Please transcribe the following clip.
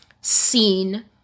seen